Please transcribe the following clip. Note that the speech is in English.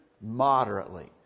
moderately